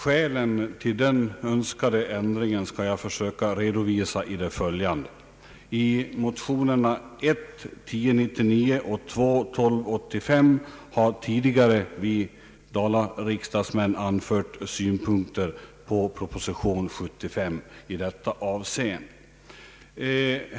Skälen till den önskade ändringen skall jag försöka redovisa i det följande. I motionerna 1: 1099 och II: 1285 har tidigare vi Dalariksdagsmän anfört synpunkter på proposition nr 75 i detta avseende.